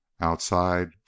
outside